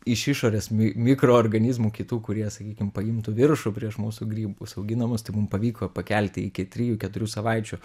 iš išorės mi mikroorganizmų kitų kurie sakykim paimtų viršų prieš mūsų grybus auginamus tai mum pavyko pakelti iki trijų keturių savaičių